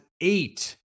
eight